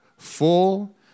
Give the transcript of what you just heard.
Full